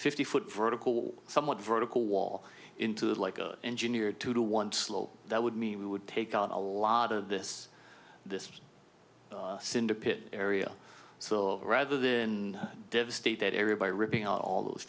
fifty foot vertical somewhat vertical wall into that like a engineered two to one slope that would mean we would take out a lot of this this cinder pit area so rather than devastate that area by ripping out all those